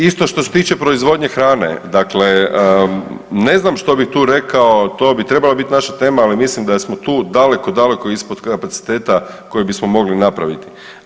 Isto što se tiče proizvodnje hrane, dakle ne znam što bih tu rekao, to bi trebala bit naša tema, ali mislim da smo tu daleko daleko ispod kapaciteta koji bismo mogli napraviti.